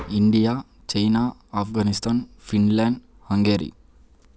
India China Afghanistan Finland Hungary